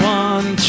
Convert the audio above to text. one